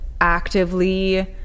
actively